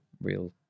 real